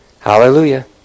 Hallelujah